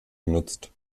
genutzt